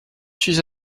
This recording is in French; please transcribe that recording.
suis